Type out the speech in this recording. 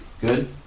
Good